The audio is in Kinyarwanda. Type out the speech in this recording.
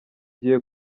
gihe